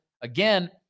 Again